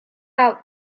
out